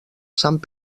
sant